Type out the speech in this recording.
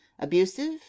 abusive